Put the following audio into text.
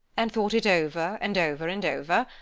and thought it over and over and over,